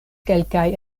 kelkaj